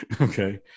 Okay